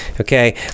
Okay